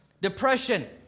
Depression